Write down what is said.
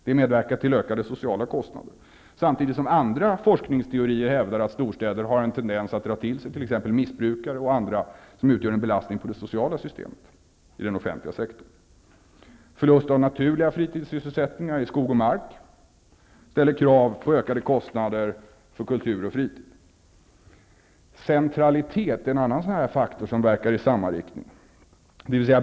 Det medverkar till ökade sociala kostnader. I andra forskningsteorier hävdas att storstäder har en tendens att dra till sig t.ex. missbrukare och andra som utgör en belastning på det sociala systemet i den offentliga sektorn. Förlust av naturliga fritidssysselsättningar i skog och mark ställer krav på ökade kostnader för kultur och fritid. Centralitet är en annan faktor som verkar i samma riktning.